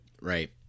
Right